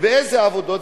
ואיזה עבודות?